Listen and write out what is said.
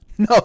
No